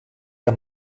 der